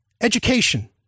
education